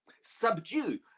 Subdue